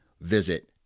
visit